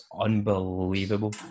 unbelievable